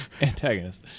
antagonist